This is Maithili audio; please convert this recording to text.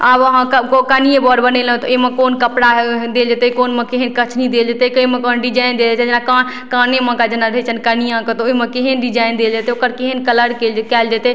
आब अहाँके कनियेँ वर बनेलहुँ तऽ अइमे कोन कपड़ा देल जेतय कोनमे केहन देल जेतय कैमे कोन डिजाइन देल जेतय जेना कान कानेमेके जेना रहय छन्हि कनियाँके तऽ ओइमे केहेन डिजाइन देल जेतय ओकर केहन कलर कयल कयल जेतय